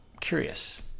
curious